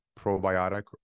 probiotic